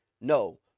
no